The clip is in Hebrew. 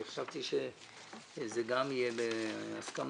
אני חשבתי שזה גם יהיה בהסכמה,